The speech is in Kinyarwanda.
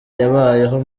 yabayeho